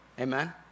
Amen